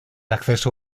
acceso